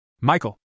Michael